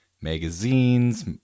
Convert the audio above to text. magazines